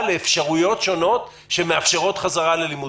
לאפשרויות שונות שמאפשרות חזרה ללימודים?